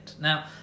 now